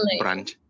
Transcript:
brunch